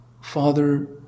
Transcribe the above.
Father